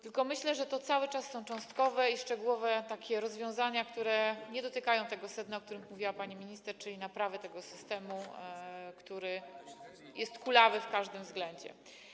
Tylko myślę, że to cały czas są cząstkowe i szczegółowe rozwiązania, które nie dotykają tego sedna, o którym mówiła pani minister, czyli chodzi o naprawę tego systemu, który jest kulawy w każdym względzie.